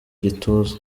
gituza